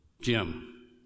Jim